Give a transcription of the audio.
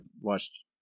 watched